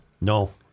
No